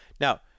now